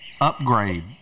Upgrade